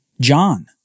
John